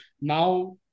Now